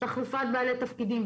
תחלופת בעלי תפקידים.